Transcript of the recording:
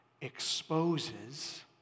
exposes